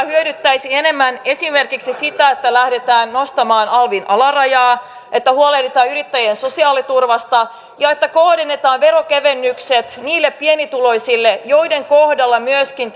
hyödyttäisi enemmän esimerkiksi se että lähdetään nostamaan alvin alarajaa että huolehditaan yrittäjien sosiaaliturvasta ja että kohdennetaan veronkevennykset niille pienituloisille joiden kohdalla myöskin